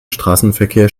straßenverkehr